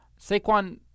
Saquon